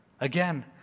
Again